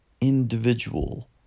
individual